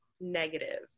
negative